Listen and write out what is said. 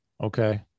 Okay